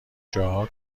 جاها